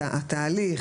התהליך,